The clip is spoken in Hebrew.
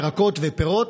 ירקות ופירות.